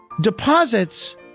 Deposits